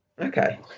Okay